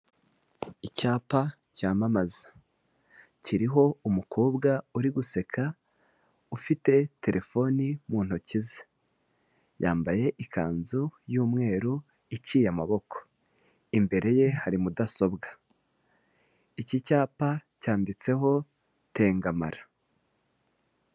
Icyapa cyamamaza, kiriho umukobwa uri guseka ufite terefone mu ntoki ze. Yambaye ikanzu y'umweru iciye amaboko. Imbere ye hari mudasobwa. iki cyapa cyanditseho tengamara.